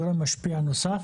עוד משפיע נוסף